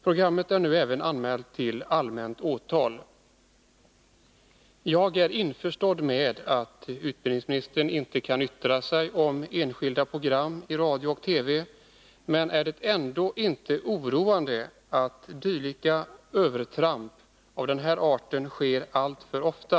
Programmet är nu även anmält till allmänt åtal. Jag är införstådd med att utbildningsministern inte kan yttra sig om enskilda program i radio och TV. Men är det ändå inte oroande att övertramp av den här arten sker alltför ofta?